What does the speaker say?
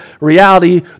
reality